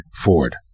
Ford